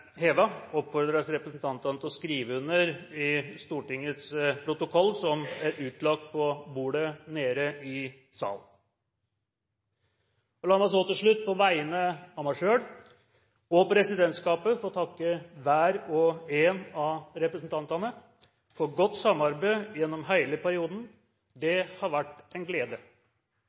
hevet, oppfordres representantene til å skrive under i Stortingets protokoll, som er utlagt på bordet nede i salen. La meg så til slutt, på vegne av meg selv og presidentskapet, få takke hver og en av representantene for godt samarbeid gjennom hele perioden. Det har vært en glede!